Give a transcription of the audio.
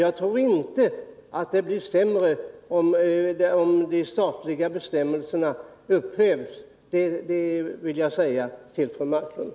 Jag tror inte att det blir sämre, om de statliga bestämmelserna upphävs. Det vill jag säga till fru Marklund.